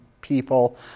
people